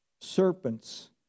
serpents